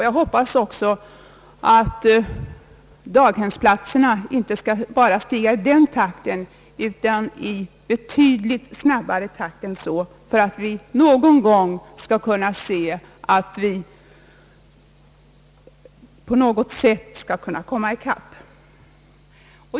Jag hoppas därför att antalet platser inte bara skall stiga i samma takt som antalet barn ökar, utan betydligt snabbare, så att vi någon gång kan se en möjlighet att komma ikapp behovet.